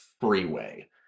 freeway